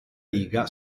riga